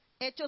Hechos